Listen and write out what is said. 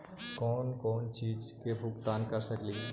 कौन कौन चिज के भुगतान कर सकली हे?